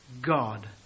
God